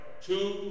two